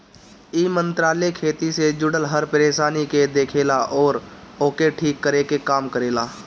इ मंत्रालय खेती से जुड़ल हर परेशानी के देखेला अउरी ओके ठीक करे के काम करेला